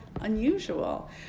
unusual